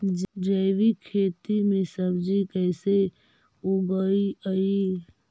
जैविक खेती में सब्जी कैसे उगइअई?